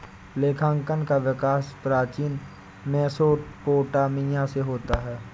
लेखांकन का विकास प्राचीन मेसोपोटामिया से होता है